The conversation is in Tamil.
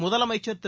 முதலமைச்சர் திரு